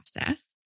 process